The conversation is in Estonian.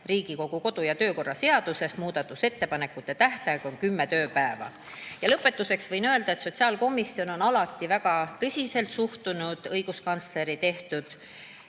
Riigikogu kodu‑ ja töökorra seadusest on muudatusettepanekute tähtaeg kümme tööpäeva. Lõpetuseks võin öelda, et sotsiaalkomisjon on alati väga tõsiselt suhtunud õiguskantsleri tehtud